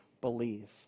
believe